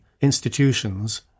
institutions